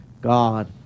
God